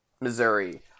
Missouri